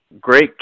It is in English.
great